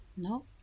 no